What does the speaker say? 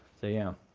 so yeah.